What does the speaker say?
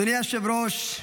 אדוני היושב-ראש,